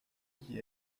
qui